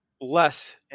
less